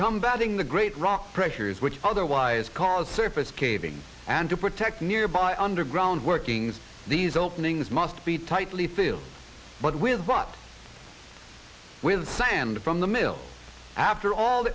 come batting the great rock pressures which otherwise current surface caving and to protect nearby underground workings these openings must be tightly filled but with what with sand from the mill after all